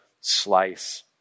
slice